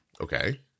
Okay